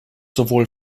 sowohl